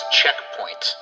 checkpoint